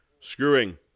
Screwing